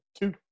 two